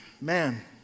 man